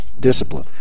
discipline